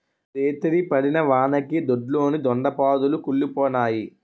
రేతిరి పడిన వానకి దొడ్లోని దొండ పాదులు కుల్లిపోనాయి